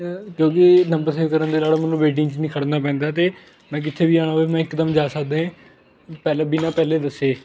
ਕਿਉਂਕਿ number save ਕਰਨ ਦੇ ਨਾਲ ਮੈਨੂੰ ਵੇਟਿੰਗ 'ਚ ਨਹੀਂ ਖੜ੍ਹਨਾ ਪੈਂਦਾ ਅਤੇ ਮੈਂ ਕਿੱਥੇ ਵੀ ਜਾਣਾ ਹੋਵੇ ਮੈਂ ਇਕਦਮ ਜਾ ਸਕਦਾ ਹੈ ਪਹਿਲਾਂ ਬਿਨਾਂ ਪਹਿਲੇ ਦੱਸੇ